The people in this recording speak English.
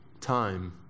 time